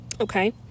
Okay